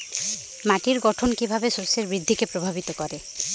মাটির গঠন কীভাবে শস্যের বৃদ্ধিকে প্রভাবিত করে?